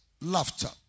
laughter